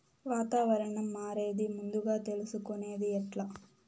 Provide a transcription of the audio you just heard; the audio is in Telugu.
వాతావరణం మారేది ముందుగా తెలుసుకొనేది ఎట్లా?